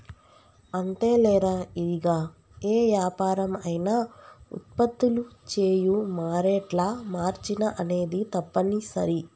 అంతేలేరా ఇరిగా ఏ యాపరం అయినా ఉత్పత్తులు చేయు మారేట్ల మార్చిన అనేది తప్పనిసరి